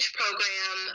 program